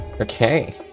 Okay